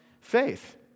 faith